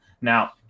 Now